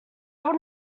would